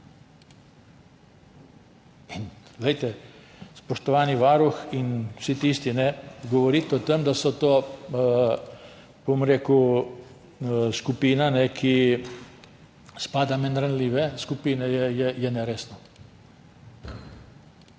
Spoštovani varuh in vsi tisti, govoriti o tem, da je to, bom rekel, skupina, ki spada med ranljive skupine, je neresno.